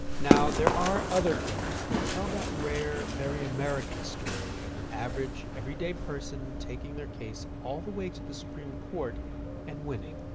now, there are other films that tell that rare, very american story of an average everyday person taking their case all the way to the supreme court and winning.